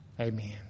Amen